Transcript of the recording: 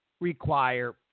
require